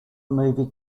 movie